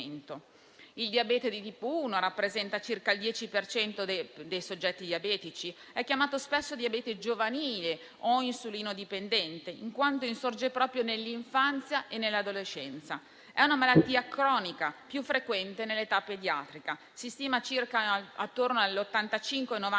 Il diabete di tipo 1 rappresenta circa il 10 per cento dei soggetti diabetici ed è chiamato spesso diabete giovanile o insulino-dipendente, in quanto insorge proprio nell'infanzia e nell'adolescenza. È una malattia cronica più frequente nell'età pediatrica, si stima circa attorno all'85-90